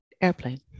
airplane